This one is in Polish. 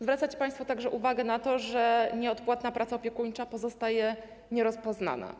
Zwracacie państwo także uwagę na to, że nieodpłatna praca opiekuńcza pozostaje nierozpoznana.